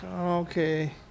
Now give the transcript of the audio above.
Okay